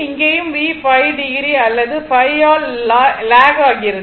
இங்கேயும் V ϕo அல்லது ϕ ஆல் லாக் ஆகிறது